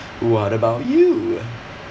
what about you